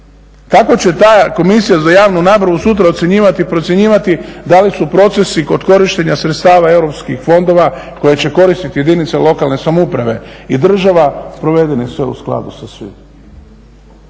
Kako će ta Komisija za javnu nabavu sutra ocjenjivati i procjenjivati da li su procesi kod korištenja sredstava EU fondova koje će koristiti jedinice lokalne samouprave i država provedeni sve u skladu sa svim.